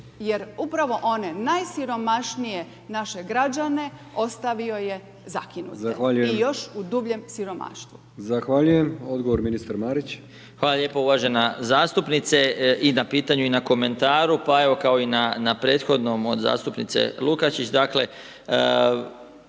Jer upravo one najsiromašnije naše građane, ostavio je zakinute i još u dubljem siromaštvu.